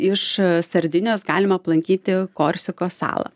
iš sardinijos galima aplankyti korsikos salą